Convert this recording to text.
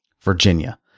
Virginia